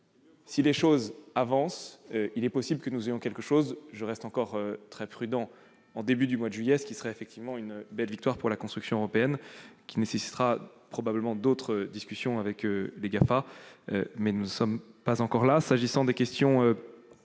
Si les choses avancent, nous pourrions peut-être atteindre notre but- je reste encore très prudent -au début du mois de juillet prochain, ce qui serait effectivement une belle victoire pour la construction européenne. Cela nécessitera probablement d'autres discussions avec les Gafam, mais nous n'en sommes pas encore là.